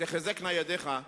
תחזקנה ידיך.